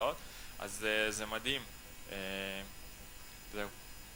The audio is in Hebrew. אז זה מדהים